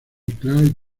clark